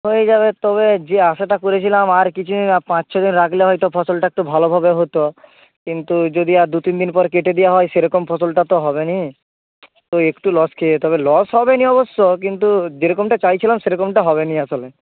হয়ে যাবে তবে যে আশাটা করেছিলাম আর কিছুই না পাঁচ ছ দিন রাখলে হয়তো ফসলটা একটু ভালো ভাবে হতো কিন্তু যদি আর দু তিন দিন পর কেটে দেওয়া হয় সেরকম ফসলটা তো হবে নি তো একটু লস খেয়ে যেতে হবে লস হবে নি অবশ্য কিন্তু যেরকমটা চাইছিলাম সেরকমটা হবে নি আসলে